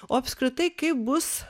o apskritai kaip bus